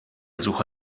suche